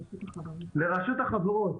לרשות החברות.